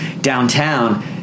Downtown